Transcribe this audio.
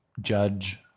judge